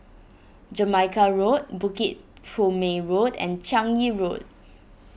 Jamaica Road Bukit Purmei Road and Changi Road